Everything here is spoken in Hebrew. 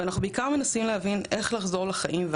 אנחנו גם בעיקר מנסים להבין איך לחזור לחיים,